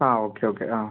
ആ okay okay ആ